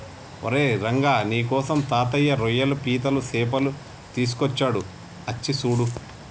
ఓరై రంగ నీకోసం తాతయ్య రోయ్యలు పీతలు సేపలు తీసుకొచ్చాడు అచ్చి సూడు